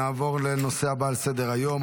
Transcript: נעבור לנושא הבא על סדר-היום,